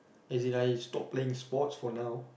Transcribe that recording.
is it I stop playing sports for now